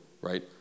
right